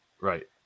Right